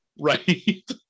Right